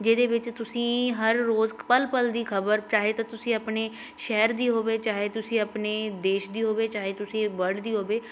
ਜਿਹਦੇ ਵਿੱਚ ਤੁਸੀਂ ਹਰ ਰੋਜ਼ ਪਲ ਪਲ ਦੀ ਖਬਰ ਚਾਹੇ ਤਾਂ ਤੁਸੀਂ ਆਪਣੇ ਸ਼ਹਿਰ ਦੀ ਹੋਵੇ ਚਾਹੇ ਤੁਸੀਂ ਆਪਣੇ ਦੇਸ਼ ਦੀ ਹੋਵੇ ਚਾਹੇ ਤੁਸੀਂ ਵਰਲਡ ਦੀ ਹੋਵੇ